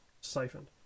siphoned